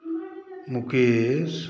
Mukesh